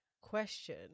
Question